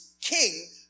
king